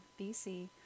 BC